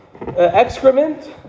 excrement